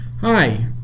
Hi